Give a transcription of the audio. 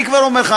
אני כבר אומר לך,